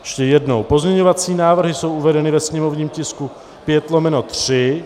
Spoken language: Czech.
Ještě jednou: pozměňovací návrhy jsou uvedeny ve sněmovním tisku 5/3.